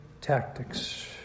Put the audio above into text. tactics